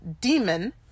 DEMON